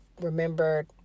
remembered